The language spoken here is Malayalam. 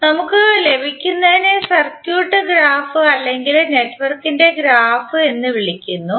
നമുക്ക് ലഭിക്കുന്നതിനെ സർക്യൂട്ടിന്റെ ഗ്രാഫ് അല്ലെങ്കിൽ നെറ്റ്വർക്കിന്റെ ഗ്രാഫ് എന്ന് വിളിക്കുന്നു